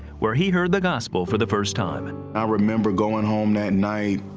where he heard the gospel for the first time. and i remember going home that night,